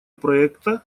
проекта